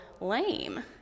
lame